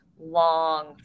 long